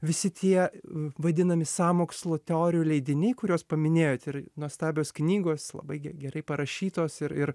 visi tie vadinami sąmokslo teorijų leidiniai kuriuos paminėjote ir nuostabios knygos labai ge gerai parašytos ir ir